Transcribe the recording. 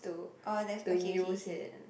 oh that's okay okay okay